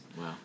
Wow